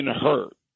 hurt